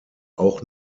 auch